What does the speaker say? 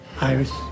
Iris